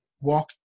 Walk